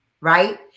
right